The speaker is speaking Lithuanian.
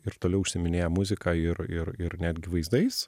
ir toliau užsiiminėja muzika ir ir ir netgi vaizdais